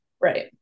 right